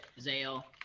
Zale